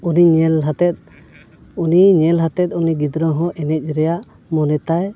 ᱩᱱᱤ ᱧᱮᱞ ᱦᱟᱛᱮᱫ ᱩᱱᱤ ᱧᱮᱞ ᱦᱟᱛᱮᱫ ᱩᱱᱤ ᱜᱤᱫᱽᱨᱟᱹ ᱦᱚᱸ ᱮᱱᱮᱡ ᱨᱮᱭᱟᱜ ᱢᱚᱱᱮ ᱛᱟᱭ